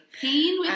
Pain